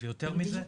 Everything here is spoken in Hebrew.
ויותר מזה,